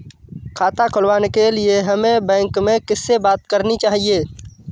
खाता खुलवाने के लिए हमें बैंक में किससे बात करनी चाहिए?